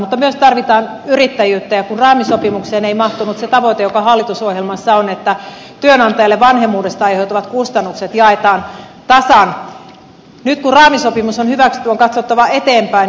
mutta myös tarvitaan yrittäjyyttä ja kun raamisopimukseen ei mahtunut se tavoite joka hallitusohjelmassa on että työnantajalle vanhemmuudesta aiheutuvat kustannukset jaetaan tasan nyt kun raamisopimus on hyväksytty on katsottava eteenpäin